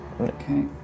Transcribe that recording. Okay